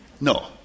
No